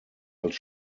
als